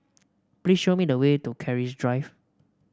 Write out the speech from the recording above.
please show me the way to Keris Drive